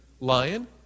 Lion